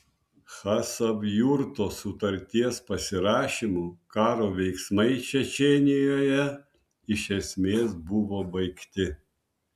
chasavjurto sutarties pasirašymu karo veiksmai čečėnijoje iš esmės buvo baigti